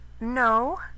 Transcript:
No